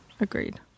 Agreed